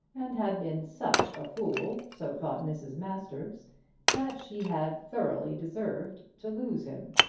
and had been such a fool so thought mrs. masters that she had thoroughly deserved to lose him.